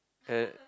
at